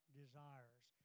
desires